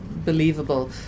believable